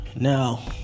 Now